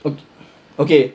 okay okay